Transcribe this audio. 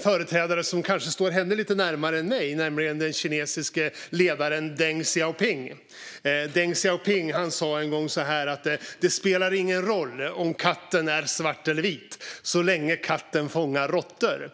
företrädare som kanske står henne lite närmare än jag, nämligen den kinesiske ledaren Deng Xiaoping. Han sa en gång att det inte spelar någon roll om katten är svart eller vit så länge katten fångar råttor.